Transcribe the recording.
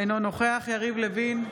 אינו נוכח יריב לוין,